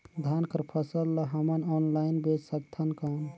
धान कर फसल ल हमन ऑनलाइन बेच सकथन कौन?